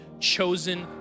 chosen